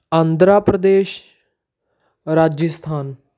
Andhra Pradesh Rajasthan